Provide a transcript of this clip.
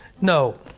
No